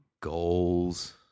Goals